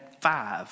five